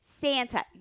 Santa